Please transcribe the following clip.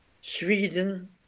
Sweden